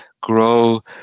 grow